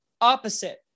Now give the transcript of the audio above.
opposite